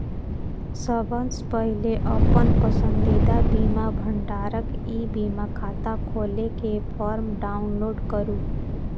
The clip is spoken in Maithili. सबसं पहिने अपन पसंदीदा बीमा भंडारक ई बीमा खाता खोलै के फॉर्म डाउनलोड करू